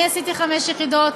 אני עשיתי חמש יחידות,